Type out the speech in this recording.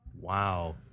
Wow